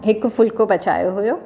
हिकु फुल्को पचायो हुओ